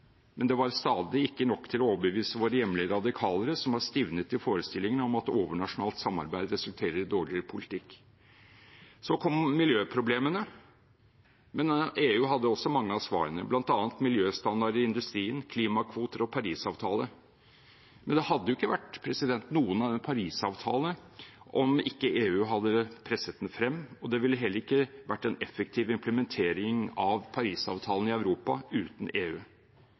men det var stadig ikke nok til å overbevise våre hjemlige radikalere, som var stivnet i forestillingen om at overnasjonalt samarbeid resulterer i dårligere politikk. Så kom miljøproblemene, men EU hadde også mange av svarene, bl.a. miljøstandarder i industrien, klimakvoter og Parisavtalen. Det hadde ikke vært noen parisavtale om ikke EU hadde presset den frem. Det ville heller ikke vært en effektiv implementering av Parisavtalen i Europa uten EU.